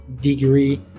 degree